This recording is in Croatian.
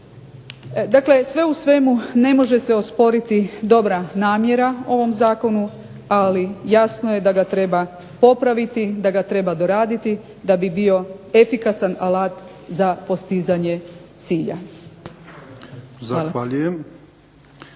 Dakle, sve u svemu ne može se osporiti dobra namjera u ovom zakonu ali jasno je da ga treba popraviti, da ga treba doraditi da bi bio efikasan alat za postizanje cilja.